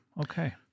Okay